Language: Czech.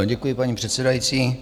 Děkuji, paní předsedající.